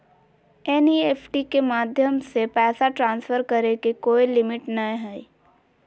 NEFT माध्यम से पैसा ट्रांसफर करे के कोय लिमिट नय हय